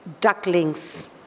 ducklings